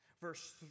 Verse